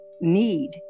need